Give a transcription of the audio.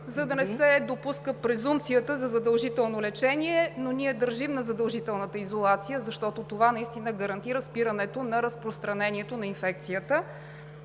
за да не се допуска презумпцията за задължително лечение. Ние обаче държим на задължителната изолация, защото това наистина гарантира спирането на разпространението на инфекцията.